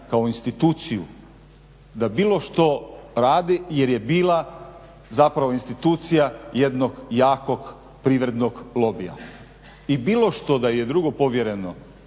kao u instituciju da bilo što radi jer je bila zapravo institucija jednog jakog privrednog lobija i bilo što da je drugo povjereno,